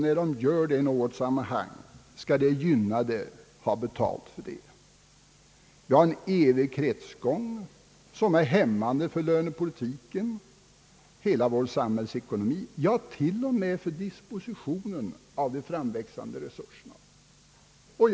När de gör detta i något sammanhang, skall de som redan är gynnade ha betalt därför. Det är en evig kretsgång som är hämmande för lönepolitiken och hela vår samhällsekonomi, ja t.o.m. för dispositionen av de framväxande resurserna.